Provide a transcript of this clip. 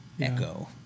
echo